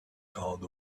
called